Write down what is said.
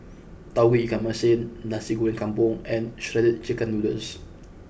Tauge Ikan Masin Nasi Goreng Kampung and Shredded Chicken Noodles